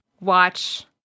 watch